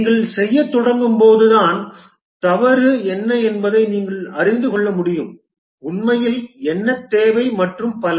நீங்கள் செய்யத் தொடங்கும்போதுதான் தவறு என்ன என்பதை நீங்கள் அறிந்து கொள்ள முடியும் உண்மையில் என்ன தேவை மற்றும் பல